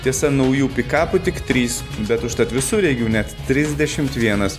tiesa naujų pikapų tik trys bet užtat visureigių net trisdešimt vienas